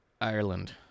Ireland